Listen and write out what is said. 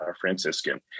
Franciscan